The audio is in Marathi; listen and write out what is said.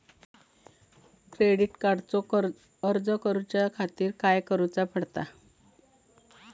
क्रेडिट कार्डचो अर्ज करुच्या खातीर काय करूचा पडता?